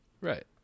right